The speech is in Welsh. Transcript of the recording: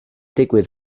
digwydd